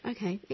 Okay